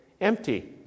empty